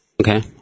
Okay